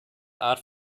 art